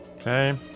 Okay